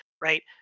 right